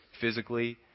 physically